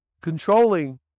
Controlling